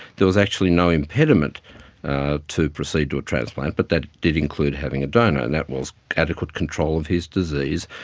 there was actually no impediment to proceed to a transplant, but that did include having a donor and that was adequate control of his disease,